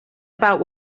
about